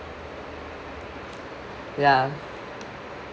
ya